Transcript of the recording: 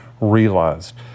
realized